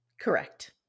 Correct